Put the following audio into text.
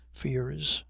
fears,